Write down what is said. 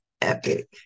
epic